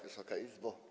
Wysoka Izbo!